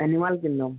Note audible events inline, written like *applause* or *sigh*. *unintelligible* ଦିନ